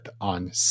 on